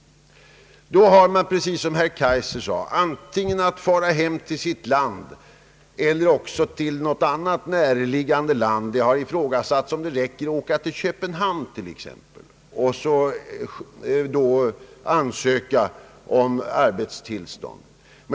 Då har han — som herr Kaijser sade — att antingen fara hem till sitt land igen eller att resa till ett näraliggande land. Det har ifrågasatts om det räcker att åka exempelvis till Köpenhamn och där ansöka om arbetstillstånd.